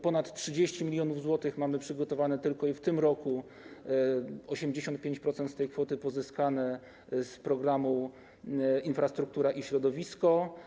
Ponad 30 mln zł mamy przygotowane tylko i w tym roku 85% z tej kwoty pozyskane z programu „Infrastruktura i środowisko”